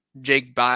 Jake